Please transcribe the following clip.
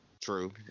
True